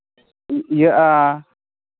ᱤᱭᱟᱹᱜᱼᱟ